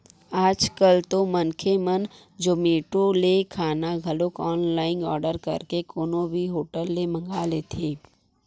आज कल तो मनखे मन जोमेटो ले खाना घलो ऑनलाइन आरडर करके कोनो भी होटल ले मंगा लेथे